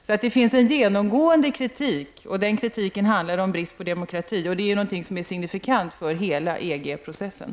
Det finns alltså en genomgående kritik, och den handlar om bristen på demokrati, något som är signifikant för hela EG-processen.